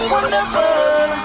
Wonderful